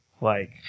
like-